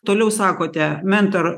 toliau sakote mentor